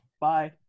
Bye